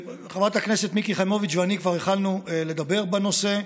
חברת הכנסת מיקי חיימוביץ' ואני כבר התחלנו לדבר בנושא,